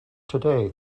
today